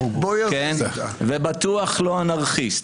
בטוח לא אנרכיסט.